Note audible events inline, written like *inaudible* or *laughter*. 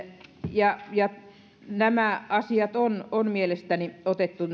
nämä asiat on on mielestäni otettu *unintelligible*